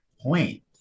point